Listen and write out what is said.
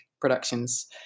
Productions